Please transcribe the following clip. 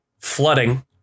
flooding